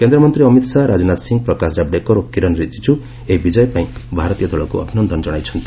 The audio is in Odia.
କେନ୍ଦ୍ରମନ୍ତ୍ରୀ ଅମିତ୍ ଶାହା ରାଜନାଥ ସିଂ ପ୍ରକାଶ ଜାବ୍ଡେକର ଓ କିରେନ୍ ରିଜିକୁ ଏହି ବିଜୟ ପାଇଁ ଭାରତୀୟ ଦଳକୁ ଅଭିନ୍ଦନ କ୍ଷଣାଇଛନ୍ତି